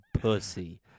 pussy